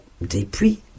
depuis